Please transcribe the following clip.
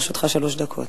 לרשותך שלוש דקות.